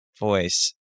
voice